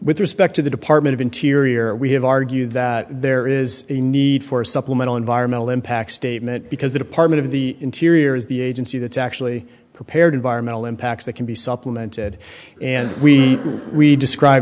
with respect to the department of interior we have argued that there is a need for a supplemental environmental impact statement because the department of the interior is the agency that's actually prepared environmental impacts that can be supplemented and we we describe